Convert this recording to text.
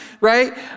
right